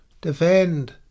Defend